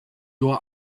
your